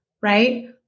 right